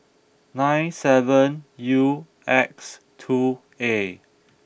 nine seven U X two A